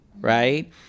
right